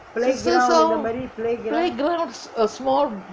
playground a small